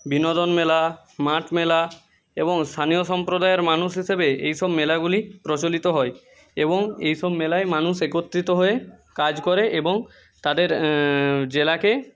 বিনোদন মেলা মাট মেলা এবং স্থানীয় সম্প্রদায়ের মানুষ হিসাবে এইসব মেলাগুলি প্রচলিত হয় এবং এইসব মেলায় মানুষ একত্রিত হয়ে কাজ করে এবং তাদের জেলাকে